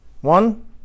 One